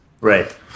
Right